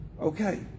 Okay